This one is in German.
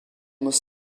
muss